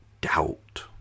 doubt